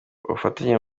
ubufatanye